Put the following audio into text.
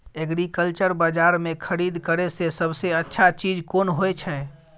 Agriculture बाजार में खरीद करे से सबसे अच्छा चीज कोन होय छै?